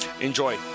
Enjoy